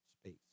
space